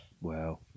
Wow